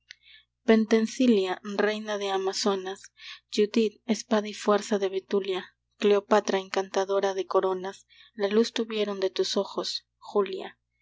pentensilea reina de amazonas judith espada y fuerza de betulia cleopatra encantadora de coronas la luz tuvieron de tus ojos julia